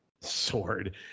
Sword